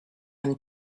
him